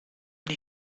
die